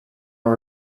are